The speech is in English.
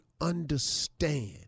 understand